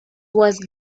was